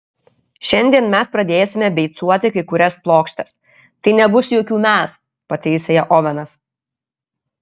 šiandien mes pradėsime beicuoti kai kurias plokštes tai nebus jokių mes pataisė ją ovenas